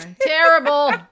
Terrible